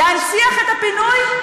להנציח את הפינוי?